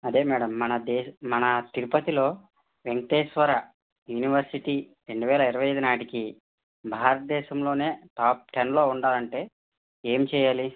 అదే మేడం మన దేశ మన తిరుపతిలో వేంకటేశ్వర యూనివర్సిటీ రెండు వేల ఇరవై ఐదు నాటికి భారతదేశంలోనే టాప్ టెన్లో ఉండాలంటే ఏమి చెయ్యాలి